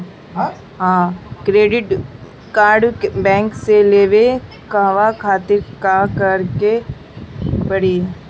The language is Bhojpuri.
क्रेडिट कार्ड बैंक से लेवे कहवा खातिर का करे के पड़ी?